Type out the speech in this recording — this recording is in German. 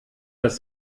das